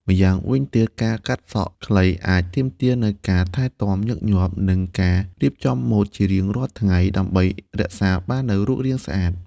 ម្យ៉ាងវិញទៀត ការកាត់សក់ខ្លីអាចទាមទារនូវការថែទាំញឹកញាប់ និងការរៀបចំម៉ូដជារៀងរាល់ថ្ងៃ ដើម្បីរក្សាបាននូវរូបរាងស្អាត។